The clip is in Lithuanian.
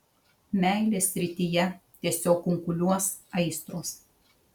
meilės srityje tiesiog kunkuliuos aistros